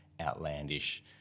outlandish